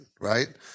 Right